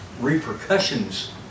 repercussions